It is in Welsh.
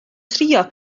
trio